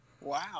Wow